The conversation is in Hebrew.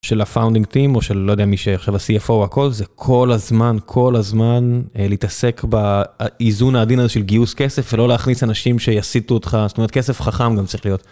של הפאונדינג טים או של לא יודע מי שעכשיו ה-CFO והכל זה כל הזמן כל הזמן להתעסק באיזון העדין הזה של גיוס כסף ולא להכניס אנשים שיסיטו אותך זאת אומרת כסף חכם גם צריך להיות.